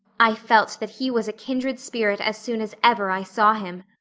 i felt that he was a kindred spirit as soon as ever i saw him.